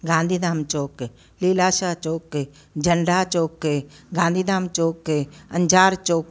Gandhi Dham chowk Leelashah chowk Jhanda chowk Gandhidham chowk Anjar Chowk